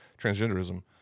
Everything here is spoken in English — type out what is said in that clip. transgenderism